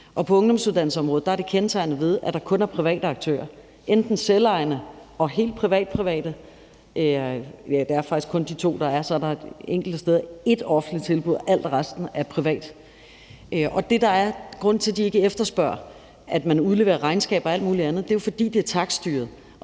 og ungdomsuddannelsesområdet er kendetegnet ved, at der kun er private aktører, selvejende og helt privatprivate. Det er de to, der er, og så er der enkelte steder ét offentligt tilbud, resten er privat. Grunden til, at de ikke efterspørger, at man udleverer regnskaber og alt muligt andet, er, at det er takststyret,